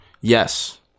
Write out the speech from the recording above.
yes